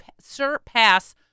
surpass